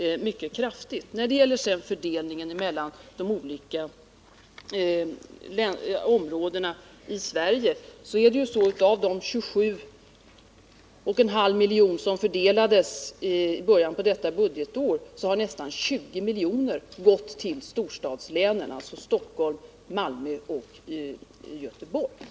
22 november 1979 När det sedan gäller fördelningen mellan de olika områdena i Sverige så har av de 27,5 milj.kr. som fördelats i början av detta budgetår nästan 20 milj.kr. gått till storstadslänen och därmed alltså till Stockholm, Malmö och Göteborg.